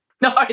No